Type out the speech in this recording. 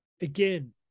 again